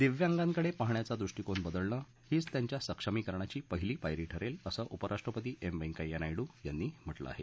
दिव्यांगांकडे पाहण्याचा दृष्टीकोन बदलणं हीच त्यांच्या सक्षमीकरणाची पहिली पायरी ठरेल असं उपराष्ट्रपती एम व्यंकय्या नायडू यांनी म्हटलं आहे